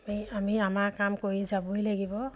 আমি আমাৰ কাম কৰি যাবই লাগিব